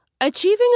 Achieving